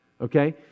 Okay